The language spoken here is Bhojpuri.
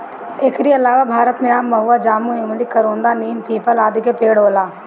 एकरी अलावा भारत में आम, महुआ, जामुन, इमली, करोंदा, नीम, पीपल, आदि के पेड़ होला